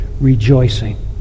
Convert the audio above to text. rejoicing